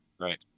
Right